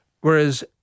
Whereas